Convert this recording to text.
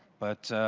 but